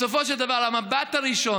בסופו של דבר, המבט הראשון,